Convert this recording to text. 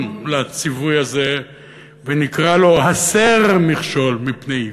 לציווי הזה ונקרא לו: הסר מכשול מפני עיוור.